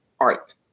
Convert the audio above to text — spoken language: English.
art